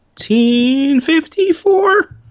1954